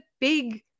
big